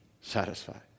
satisfied